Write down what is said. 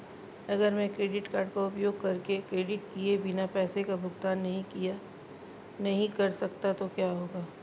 अगर मैं credit card का उपयोग करके क्रेडिट किए गए पैसे का भुगतान नहीं कर सकता तो क्या होगा?